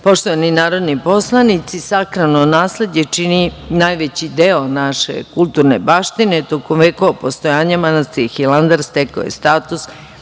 Hilandar. Poštovani narodni poslanici, sakrano nasleđe čini najveći deo naše kulturne baštine, tokom vekova postojanja manastira Hilandar, stekao je status